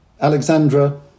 Alexandra